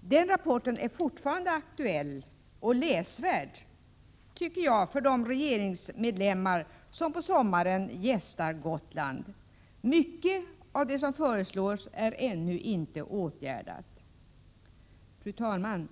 Den rapporten är fortfarande aktuell och läsvärd för de regeringsmedlemmar som på sommaren gästar Gotland. Mycket av det som föreslås är ännu inte åtgärdat. Fru talman!